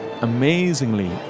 amazingly